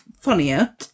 funnier